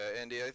Andy